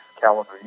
calendar